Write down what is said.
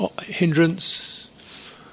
hindrance